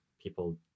people